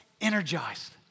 energized